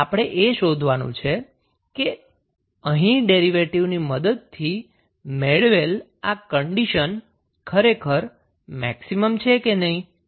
હવે આપણે એ શોધવાનું છે કે અહીં ડેરિવેટિવ ની મદદ થી મેળવેલ આ કન્ડીશન ખરેખર મેક્સિમમ છે કે નહી